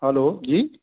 hello जी